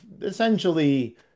essentially